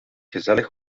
gezellig